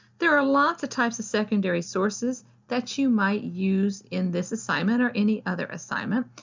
there are a lots of types of secondary sources that you might use in this assignment or any other assignment,